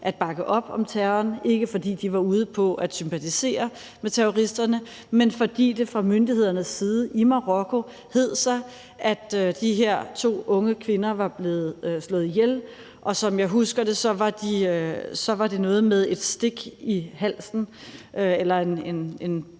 at bakke op om terroren, ikke fordi de sympatiserede med terroristerne, men fordi det fra myndighedernes side i Marokko hed sig, at de her to unge kvinder var blevet slået ihjel, og som jeg husker det, stod der noget om et stik i halsen eller en